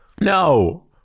No